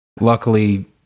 Luckily